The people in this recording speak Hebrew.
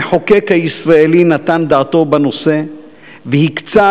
המחוקק הישראלי נתן דעתו לנושא והקצה